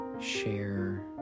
share